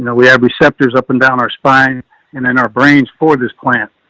we have receptors up and down our spine and in our brains for this plant.